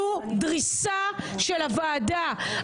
זו דריסה של הוועדה.